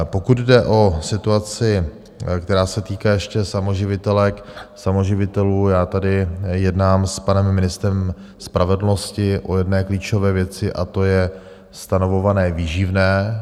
Pokud jde o situaci, která se týká ještě samoživitelek, samoživitelů, tady jednám s panem ministrem spravedlnosti o jedné klíčové věci, a to je stanovované výživné.